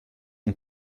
und